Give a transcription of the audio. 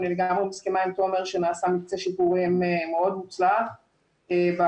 אני לגמרי מסכימה עם תומר שנעשה מקצה שיפורים מאוד מוצלח ועבודה